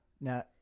Now